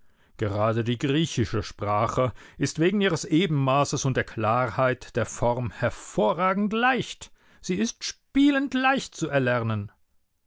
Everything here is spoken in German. gerade die griechische sprache ist wegen ihres ebenmaßes und der klarheit der form hervorragend leicht sie ist spielend leicht zu erlernen